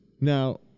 Now